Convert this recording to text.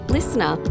Listener